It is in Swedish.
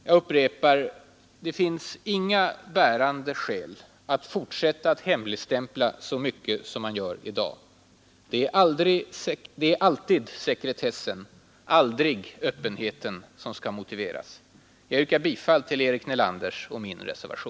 Jag upprepar: Det finns inga bärande skäl att fortsätta att hemligstämpla så mycket som man gör i dag. ”Det är alltid sekretessen aldrig öppenheten — som skall motiveras.” Jag yrkar bifall till Eric